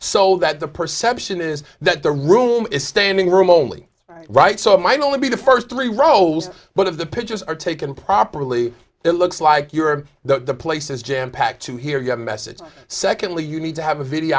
so that the perception is that the room is standing room only right so it might only be the first three rows but if the pictures are taken properly it looks like you're the place is jam packed to hear you have a message secondly you need to have a video